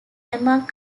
among